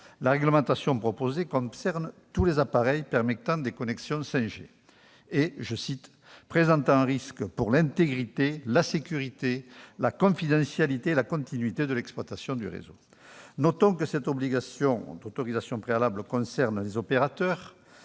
La réglementation proposée concerne tous les appareils permettant des connexions 5G et « présentant un risque pour l'intégrité, la sécurité, la confidentialité et la continuité de l'exploitation du réseau ».